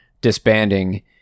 disbanding